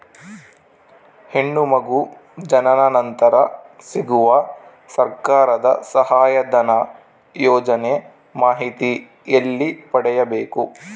ಹೆಣ್ಣು ಮಗು ಜನನ ನಂತರ ಸಿಗುವ ಸರ್ಕಾರದ ಸಹಾಯಧನ ಯೋಜನೆ ಮಾಹಿತಿ ಎಲ್ಲಿ ಪಡೆಯಬೇಕು?